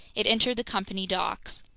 it entered the company docks.